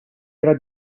era